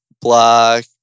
black